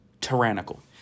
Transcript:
tyrannical